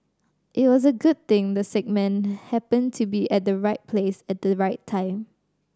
it was a good thing the sick man happened to be at the right place at the right time